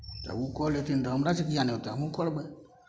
ओ कऽ लेथिन तऽ हमरासँ किएक नहि होतै हमहूँ कऽ लेबै